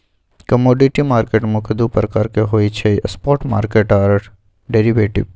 commodity market मुख्य दु प्रकार के होइ छइ स्पॉट मार्केट आऽ डेरिवेटिव